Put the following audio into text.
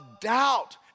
doubt